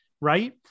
Right